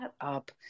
up